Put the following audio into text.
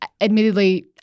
admittedly